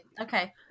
Okay